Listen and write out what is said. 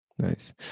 Nice